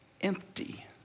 empty